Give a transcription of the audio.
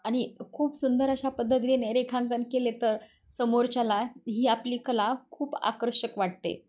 आणि खूप सुंदर अशा पद्धतीने रेखांकन केले तर समोरच्याला ही आपली कला खूप आकर्षक वाटते